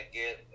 get